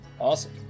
Awesome